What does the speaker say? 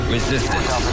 Resistance